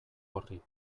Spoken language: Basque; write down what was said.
horri